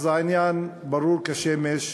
אז העניין ברור כשמש,